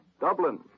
Dublin